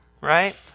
right